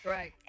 Right